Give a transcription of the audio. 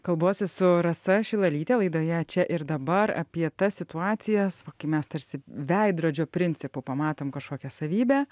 kalbuosi su rasa šilalyte laidoje čia ir dabar apie tas situacijas kai mes tarsi veidrodžio principu pamatom kažkokią savybę